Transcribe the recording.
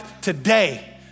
today